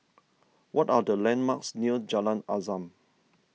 what are the landmarks near Jalan Azam